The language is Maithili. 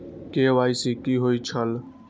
के.वाई.सी कि होई छल?